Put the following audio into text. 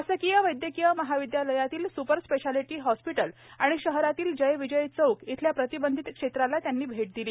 शासकीय वैद्यकीय महाविद्यालयातील सुपर स्पेशालिटी हॉस्पिटल आणि शहरातील जय विजय चौक येथील प्रतिबंधित क्षेत्राला भेट दिली